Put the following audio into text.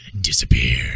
disappear